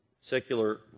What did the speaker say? secular